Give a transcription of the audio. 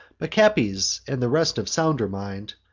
but capys, and the rest of sounder mind,